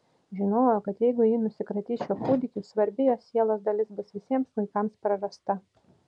žinojo kad jeigu ji nusikratys šiuo kūdikiu svarbi jos sielos dalis bus visiems laikams prarasta